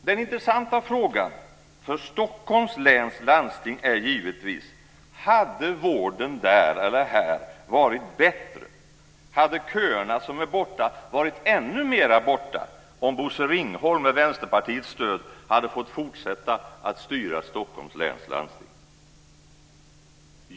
Den intressanta frågan för Stockholms läns landsting är givetvis: Hade vården här varit bättre och hade köerna, som är borta, varit ännu mer borta om Bosse Ringholm med Vänsterpartiets stöd hade fått fortsätta att styra Stockholms läns landsting?